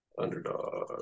underdog